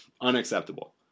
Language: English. Unacceptable